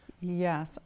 Yes